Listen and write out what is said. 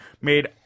made